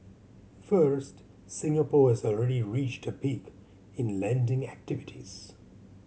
first Singapore has already reached a peak in lending activities